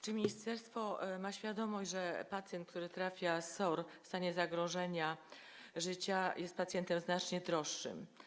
Czy ministerstwo ma świadomość, że pacjent, który trafia z SOR w stanie zagrożenia życia, jest pacjentem znacznie droższym?